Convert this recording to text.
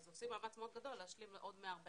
אז עושים מאמץ מאוד גדול להשלים עוד 140